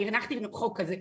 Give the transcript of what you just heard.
אני הנחתי חוק כזה,